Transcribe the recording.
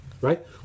right